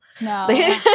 No